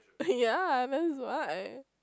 yeah that's why